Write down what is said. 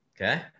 Okay